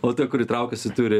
o ta kuri traukiasi turi